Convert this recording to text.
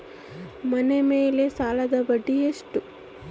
ಮನೆ ಮೇಲೆ ಸಾಲದ ಬಡ್ಡಿ ಎಷ್ಟು?